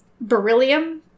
Beryllium